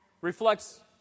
Reflects